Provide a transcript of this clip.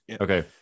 Okay